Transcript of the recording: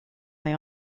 they